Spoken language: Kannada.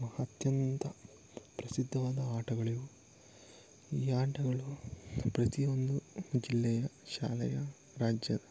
ಮಹತ್ಯಂತ ಪ್ರಸಿದ್ದವಾದ ಆಟಗಳಿವು ಈ ಆಟಗಳು ಪ್ರತಿಯೊಂದು ಜಿಲ್ಲೆಯ ಶಾಲೆಯ ರಾಜ್ಯದ